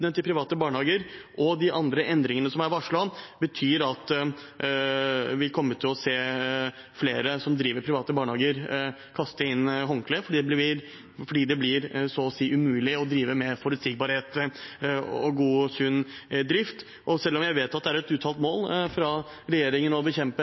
private barnehager og de andre endringene som er varslet, betyr at vi kommer til å se at flere som driver private barnehager, kaster inn håndkleet, fordi det blir så å si umulig å drive med forutsigbarhet og ha god og sunn drift. Selv om jeg vet det er et uttalt mål fra regjeringen å bekjempe